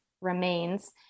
remains